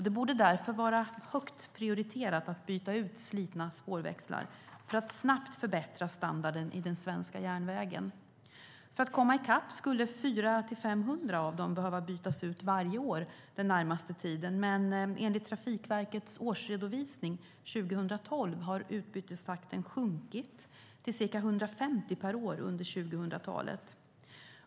Det borde därför vara högt prioriterat att byta ut slitna spårväxlar för att snabbt förbättra standarden i den svenska järnvägen. För att komma i kapp skulle 400-500 av dem behöva bytas ut varje år den närmaste tiden. Men enligt Trafikverkets årsredovisning 2012 har utbytestakten sjunkit till ca 150 per år under 2000-talet.